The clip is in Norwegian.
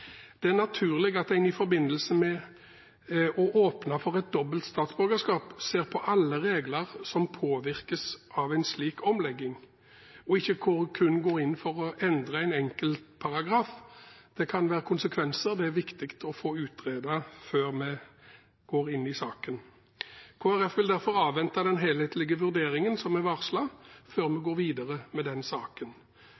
Det er naturlig at en i forbindelse med å åpne for dobbelt statsborgerskap ser på alle regler som påvirkes av en slik omlegging, og ikke kun går inn for å endre en enkelt paragraf. Det kan være konsekvenser det er viktig å få utredet før vi går inn i saken. Kristelig Folkeparti vil derfor avvente den helhetlige vurderingen som er varslet, før vi